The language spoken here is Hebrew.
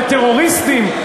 טרוריסטים,